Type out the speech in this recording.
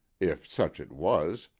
if such it was,